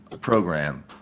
program